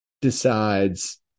decides